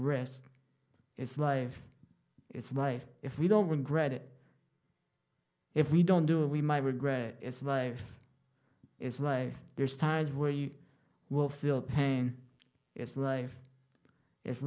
risks it's life it's life if we don't regret it if we don't do it we might regret it's life it's life there's times where you will feel pain it's life i